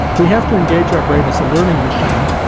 we have to engage our brain as a learning machine.